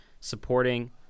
supporting